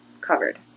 covered